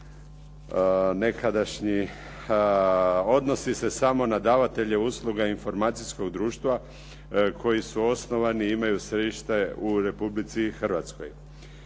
nekadašnji, odnosi se samo na davatelje usluga informacijskog društva koji su osnovani i imaju središte u Republici Hrvatskoj.